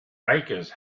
bakers